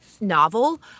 novel